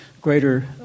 greater